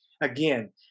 again